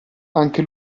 anche